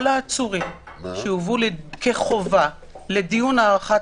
כל העצורים שהובאו כחובה לדיון הארכת